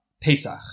Pesach